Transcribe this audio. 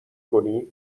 کنی